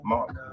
Mark